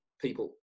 people